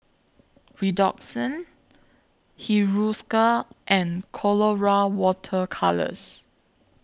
Redoxon Hiruscar and Colora Water Colours